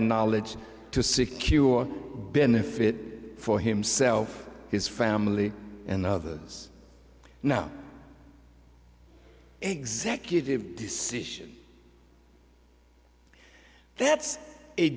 knowledge to secure benefit for himself his family and others no executive decision that's a